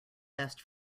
best